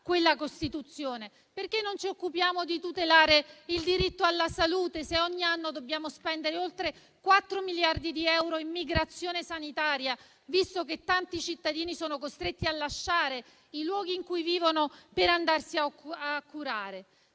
finalmente viva? Perché non ci occupiamo di tutelare il diritto alla salute se ogni anno dobbiamo spendere oltre 4 miliardi di euro in migrazione sanitaria, visto che tanti cittadini sono costretti a lasciare i luoghi in cui vivono per andarsi a curare?